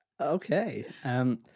Okay